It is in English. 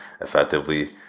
effectively